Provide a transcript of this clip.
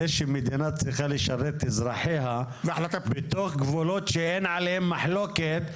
זה שמדינה צריכה לשרת אזרחיה בתוך גבולות שאין עליהם מחלוקת,